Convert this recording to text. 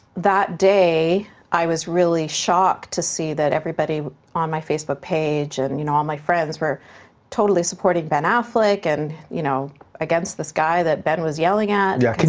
that day i was really shocked to see that everybody on my facebook page and you know all my friends were totally supporting ben affleck and you know against this guy that ben was yelling at. yeah,